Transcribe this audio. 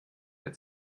der